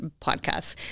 podcasts